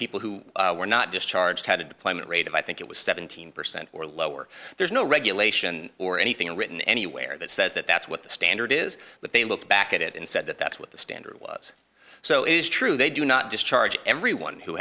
people who were not discharged had a deployment rate of i think it was seventeen percent or lower there's no regulation or anything written anywhere that says that that's what the standard is but they look back at it and said that that's what the standard was so is true they do not discharge everyone who